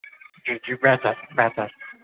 جی جی بہتر بہتر